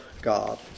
God